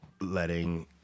letting